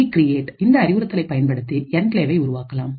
இ create இந்த அறிவுறுத்தலை பயன்படுத்தி என்கிளேவை உருவாக்கலாம்